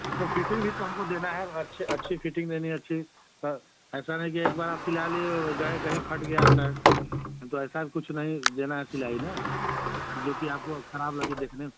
तो फिटिंग भी तो हमको देना है रच्छे अच्छी फिटिंग देनी है अच्छी स ऐसा नहीं कि एक बार आप फ़िलहाल यह गए कहीं फट गया सर्ट तो ऐसा भी कुछ नहीं देना है सिलाई न जो कि आपको खराब लगे देखने में